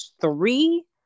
three